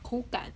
口感